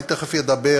ואני תכף אדבר